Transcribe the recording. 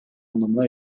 anlamına